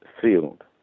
field